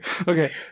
okay